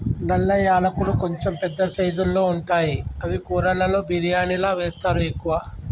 నల్ల యాలకులు కొంచెం పెద్ద సైజుల్లో ఉంటాయి అవి కూరలలో బిర్యానిలా వేస్తరు ఎక్కువ